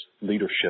leadership